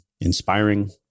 inspiring